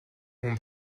хүн